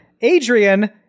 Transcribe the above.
Adrian